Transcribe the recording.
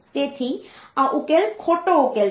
તેથી આ ઉકેલ ખોટો ઉકેલ છે